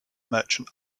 merchant